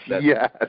yes